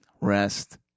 rest